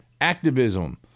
activism